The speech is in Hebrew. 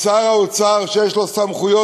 כי שר האוצר, שיש לו סמכויות-על,